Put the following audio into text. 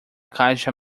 caixa